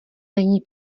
není